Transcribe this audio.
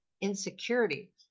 insecurity